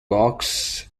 box